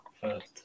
first